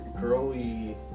girly